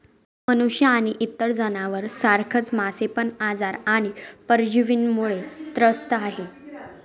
मनुष्य आणि इतर जनावर सारखच मासे पण आजार आणि परजीवींमुळे त्रस्त आहे